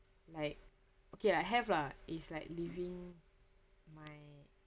like okay I have lah it's like leaving my